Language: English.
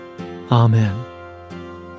amen